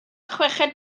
chweched